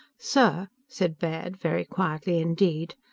sir, said baird, very quietly indeed,